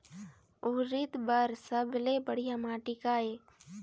उरीद बर सबले बढ़िया माटी का ये?